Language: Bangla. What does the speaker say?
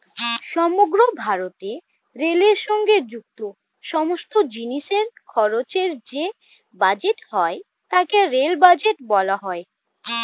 সমগ্র ভারতে রেলের সঙ্গে যুক্ত সমস্ত জিনিসের খরচের যে বাজেট হয় তাকে রেল বাজেট বলা হয়